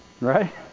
Right